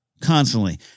constantly